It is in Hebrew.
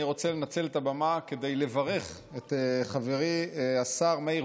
אני רוצה לנצל את הבמה כדי לברך את חברי השר מאיר